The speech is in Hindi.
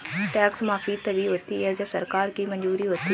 टैक्स माफी तभी होती है जब सरकार की मंजूरी हो